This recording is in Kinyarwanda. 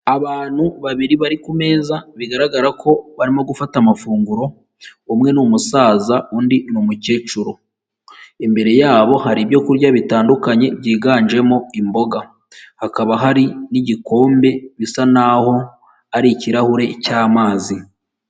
Abantu babiri bari ku meza, bigaragara ko barimo gufata amafunguro, umwe ni umusaza undi ni umukecuru, imbere yabo hari ibyo kurya bitandukanye byiganjemo imboga, hakaba hari n'igikombe bisa naho ari ikirahure cy'amazi.